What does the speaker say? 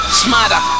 smarter